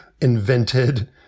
invented